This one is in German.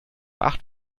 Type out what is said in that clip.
acht